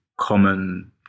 common